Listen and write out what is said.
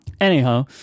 Anyhow